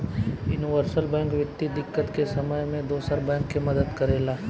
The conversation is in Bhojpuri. यूनिवर्सल बैंक वित्तीय दिक्कत के समय में दोसर बैंक के मदद करेला